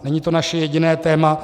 Není to naše jediné téma.